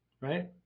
right